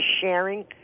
sharing